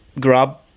Grub